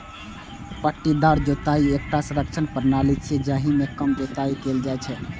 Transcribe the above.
पट्टीदार जुताइ एकटा संरक्षण प्रणाली छियै, जाहि मे कम जुताइ कैल जाइ छै